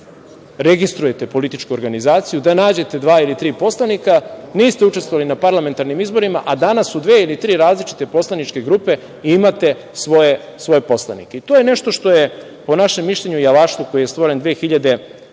da registrujete političku organizaciju, da nađete dva ili tri poslanika, niste učestvovali na parlamentarnim izborima, a danas su dve ili tri različite poslaničke grupe, imate svoje poslanike. To je nešto što je po našem mišljenju javašluk, koji je stvoren 2003.